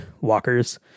walkers